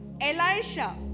Elisha